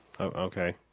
Okay